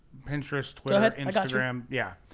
pinterest, twitter, instagram, yeah.